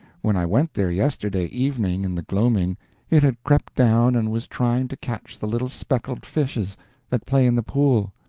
when i went there yesterday evening in the gloaming it had crept down and was trying to catch the little speckled fishes that play in the pool,